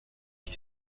qui